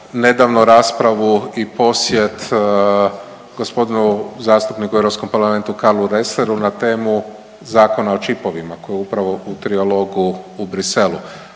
nedavno raspravu i posjet gospodin zastupnik u Europskom parlamentu Karlu Resleru na temu Zakona o čipovima koji je upravo u trijalogu u Bruxellesu,